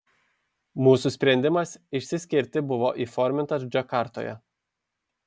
mūsų sprendimas išsiskirti buvo įformintas džakartoje